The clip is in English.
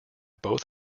both